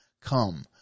come